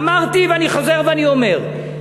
אמרתי ואני חוזר ואני אומר,